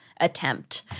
attempt